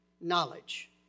knowledge